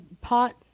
Pot